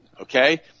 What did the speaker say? okay